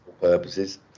purposes